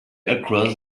across